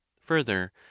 further